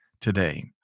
today